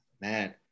man